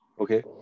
Okay